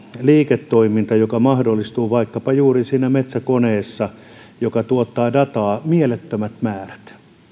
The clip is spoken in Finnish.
liiketoiminta mahdollistuu vaikkapa juuri siinä metsäkoneessa joka tuottaa dataa mielettömät määrät